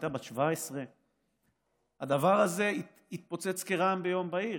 הייתה בת 17. הדבר הזה התפוצץ כרעם ביום בהיר,